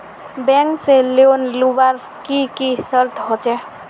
Bank से loan लुबार की की शर्त होचए?